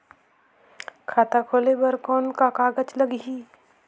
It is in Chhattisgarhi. खाता खोले बर कौन का कागज लगही?